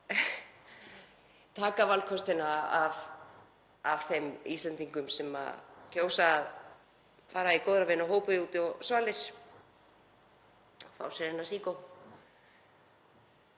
taka valkostina af þeim Íslendingum sem kjósa fara í góðra vina hópi út á svalir og fá sér eina sígó.